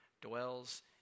dwells